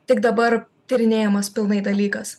tik dabar tyrinėjamas pilnai dalykas